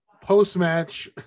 post-match